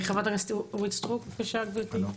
חברת הכנסת אורית סטרוק, בבקשה גברתי.